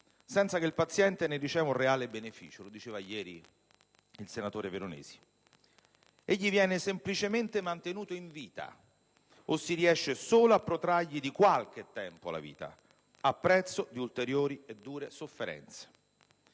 senza che il paziente ne riceva un reale beneficio: lo ha detto ieri il senatore Veronesi. Il paziente viene semplicemente mantenuto in vita - o si riesce solo a protrargli di qualche tempo la vita - a prezzo di ulteriori e dure sofferenze.